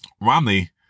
Romney